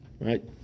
right